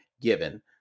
given